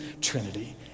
trinity